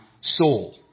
soul